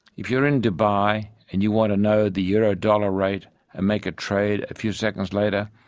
if you are in dubai and you want to know the euro-dollar rate and make a trade a few seconds later,